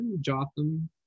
Jotham